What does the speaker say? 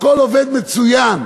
הכול עובד מצוין.